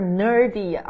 nerdy